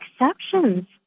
exceptions